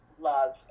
love